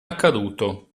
accaduto